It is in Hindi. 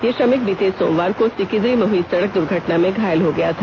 यह श्रमिक बीते सोमवार को सिकिदिरी में हई सड़क दुर्घटना में घायल हो गया था